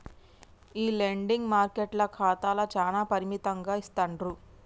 ఈ లెండింగ్ మార్కెట్ల ఖాతాలు చానా పరిమితంగా ఇస్తాండ్రు